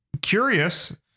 curious